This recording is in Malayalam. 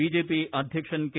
ബിജെപി അദ്ധ്യക്ഷൻ കെ